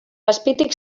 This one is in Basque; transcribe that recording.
azpitik